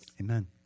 Amen